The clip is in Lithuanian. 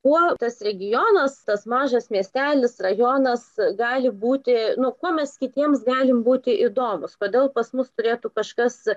kuo tas regionas tas mažas miestelis rajonas gali būti nu kuo mes kitiems galim būti įdomūs kodėl pas mus turėtų kažkas